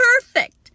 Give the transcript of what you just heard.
perfect